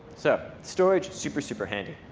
so storage, super, super handy.